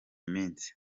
minsi